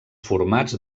formats